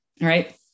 right